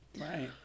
right